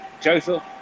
Joseph